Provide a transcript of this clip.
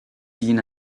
seen